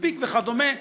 מספיק וכדומה.